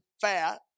fat